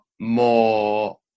more